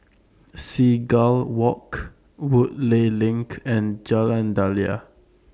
Seagull Walk Woodleigh LINK and Jalan Daliah